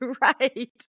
Right